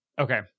Okay